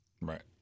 Right